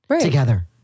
together